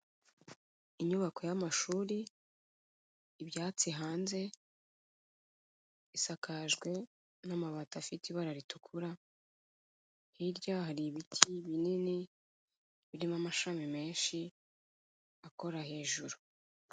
Inyubako y'amashuri, ibyatsi hanze isakajwe n'amabati afite ibara ritukura, hirya hari ibiti binini birimo amashami menshi akora hejuru.